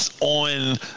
on